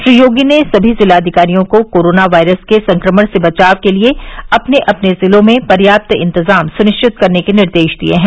श्री योगी ने सभी जिलाधिकारियों को कोरोना वायरस के संक्रमण से बचाव के लिए अपने अपने जिलों में पर्याप्त इंतजाम सुनिश्चित करने के निर्देश दिए हैं